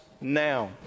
now